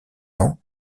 ans